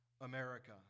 America